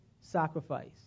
sacrifice